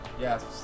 Yes